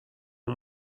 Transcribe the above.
اون